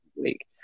week